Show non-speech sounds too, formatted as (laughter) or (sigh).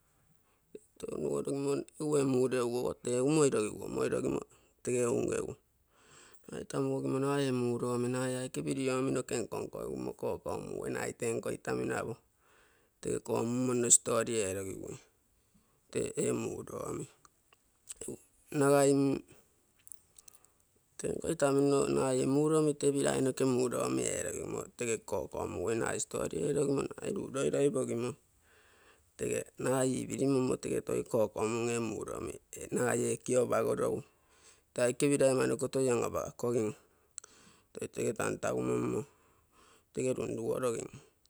(hesitation) Temulotong'weni ingweni mudogo, deumwadaigwa modagimo. kea ongele, (hesitation) taimuginae muro minae yakibidi aminaeke nkonko emkokwamu, weneaike ingoitamu nyaru, toikwammu nestoaliela khiguu. twe eimoduami, (hesitation) niwaimu, (hesitation) etangu mwaimulwae nitebilae mkemudomyela yuno, ntege koko amuweni aistatiliglinii arubela ikogimi, tega na ibilii mmatiga toikoko amung'emulami, enaye kyeba auwodou, taikibidai nanokotoe naba koini, (hesitation) ekantawo mimi, tiga tu nivodai.